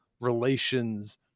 relations